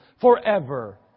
forever